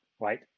right